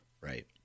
Right